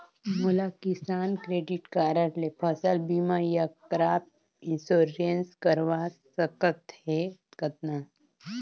मोला किसान credit card ले फसल बीमा या क्रॉप इंश्योरेंस करवा सकथ हे कतना?